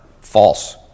false